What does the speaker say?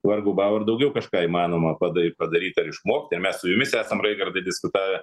vargu bau ar daugiau kažką įmanoma pada padaryt išmokt mes su jumis esam raigardai diskutavę